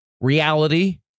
reality